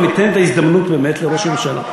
ניתן את ההזדמנות לראש הממשלה.